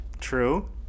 true